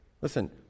Listen